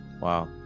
wow